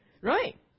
Right